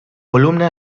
columna